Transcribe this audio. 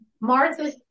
Martha